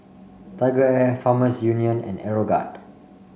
TigerAir Farmers Union and Aeroguard